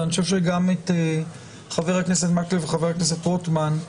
ואני חושב שגם את חבר הכנסת מקלב ואת חבר הכנסת רוטמן,